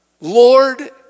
Lord